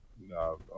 No